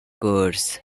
course